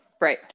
Right